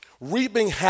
Reaping